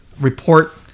report